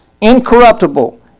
incorruptible